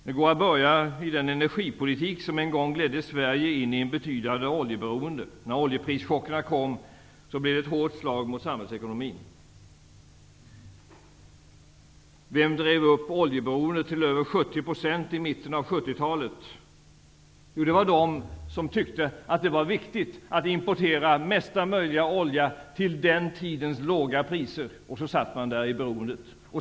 Man kan börja med att nämna den energipolitik som en gång ledde Sverige in i ett betydande oljeberoende. När oljeprischockerna uppstod blev de ett hårt slag mot samhällsekonomin. Vem drev upp oljeberoendet till över 70 % i mitten av 70 talet? Jo, det var de som tyckte att det var viktigt att importera mesta möjliga olja till den tidens låga priser, och sedan satt man fast i detta beroende.